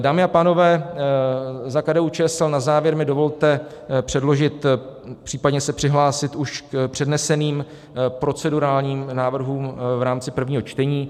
Dámy a pánové, za KDUČSL mi na závěr dovolte předložit, případně se přihlásit k už předneseným procedurálním návrhům v rámci prvního čtení.